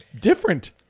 different